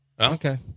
Okay